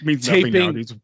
taping